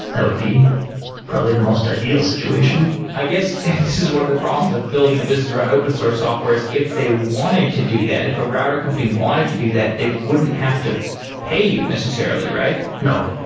that would be probably the most ideal situation i guess, and this is one of the problems of building a business around open source software is if they wanted to do that, if a router company wanted to do that, they wouldn't have to pay you necessarily, right? no,